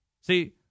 See